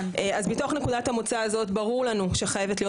אז מתוך נקודת המוצא הזאת ברור לנו שחייבת להיות